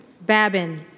Babin